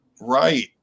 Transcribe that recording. right